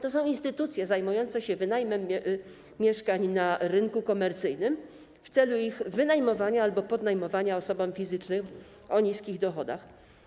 To są instytucje zajmujące się wynajmem mieszkań na rynku komercyjnym w celu ich wynajmowania albo podnajmowania osobom fizycznym o niskich dochodach.